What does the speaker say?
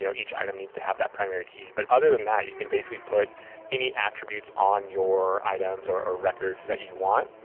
you know each item needs to have that primary key. but other than that, you can basically put any attributes on your items or records that you want,